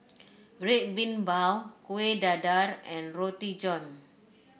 Red Bean Bao Kueh Dadar and Roti John